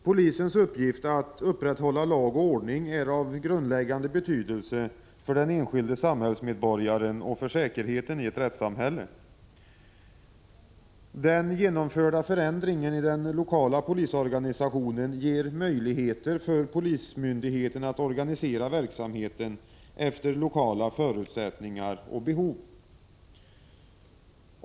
Polisens uppgift att upprätthålla lag och ordning är av grundläggande betydelse för den enskilde samhällsmedborgaren och för säkerheten i ett rättssamhälle. Den genomförda förändringen i den lokala polisorganisationen ger polismyndigheten möjligheter att organisera verksamheten efter lokala förutsättningar och behov.